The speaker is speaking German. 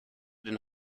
den